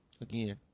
Again